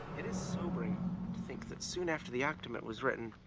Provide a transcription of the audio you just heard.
it is sobering to think that soon after the akdumet was written,